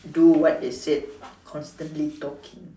do what they said constantly talking